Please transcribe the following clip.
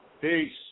Peace